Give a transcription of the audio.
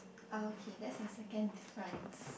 ah okay that's the second difference